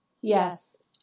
Yes